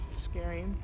Scary